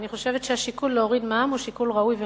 אני חושבת שהשיקול להוריד מע"מ הוא שיקול ראוי ונכון.